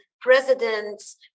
presidents